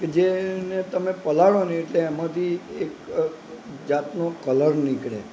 કે જે ને તમે પલાળો ને એટલે એમાંથી એક જાતનો કલર નીકળે